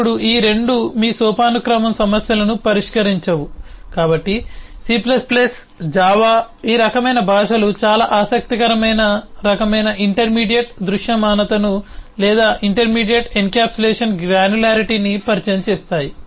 ఇప్పుడు ఈ 2 మీ సోపానక్రమం సమస్యలను పరిష్కరించవు కాబట్టి సి జావా ఈ రకమైన భాషలు చాలా ఆసక్తికరమైన రకమైన ఇంటర్మీడియట్ దృశ్యమానతను లేదా ఇంటర్మీడియట్ ఎన్క్యాప్సులేషన్ గ్రాన్యులారిటీని పరిచయం చేస్తాయి